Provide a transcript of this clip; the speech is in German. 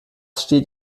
steht